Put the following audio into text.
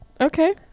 Okay